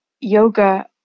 yoga